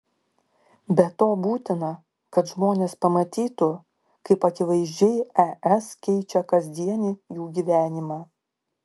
be to būtina kad žmonės pamatytų kaip akivaizdžiai es keičia kasdienį jų gyvenimą